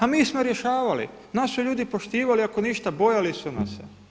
A mi smo rješavali, nas su ljudi poštivali, ako ništa bojali su nas se.